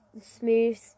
smooth